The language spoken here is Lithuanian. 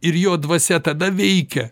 ir jo dvasia tada veikia